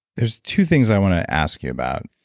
there's two things i want to ask you about.